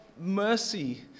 mercy